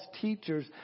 teachers